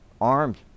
armed